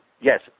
Yes